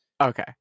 okay